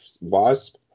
Wasp